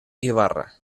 ibarra